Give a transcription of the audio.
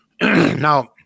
Now